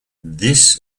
this